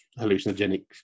hallucinogenic